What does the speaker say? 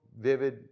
vivid